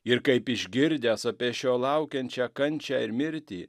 ir kaip išgirdęs apie šio laukiančią kančią ir mirtį